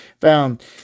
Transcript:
found